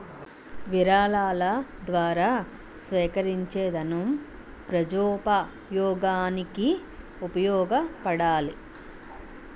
విరాళాల ద్వారా సేకరించేదనం ప్రజోపయోగానికి ఉపయోగపడాలి